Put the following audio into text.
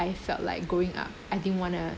I felt like going up I didn't want to